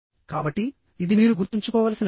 కాబట్టి ఇది మీరు గుర్తుంచుకోవలసిన విషయం